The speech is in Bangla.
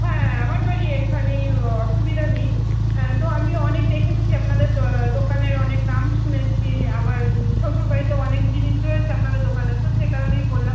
হ্যাঁ আমার বাড়ি এখানেই অ অসুবিধা নেই তো আমি অনেক দেখেছি আপনাদের দ্ দোকানের অনেক নাম শুনেছি আমার শ্বশুরবাড়িতেও অনেক জিনিস রয়েছে আপনাদের দোকানের তো সে কারণেই বললাম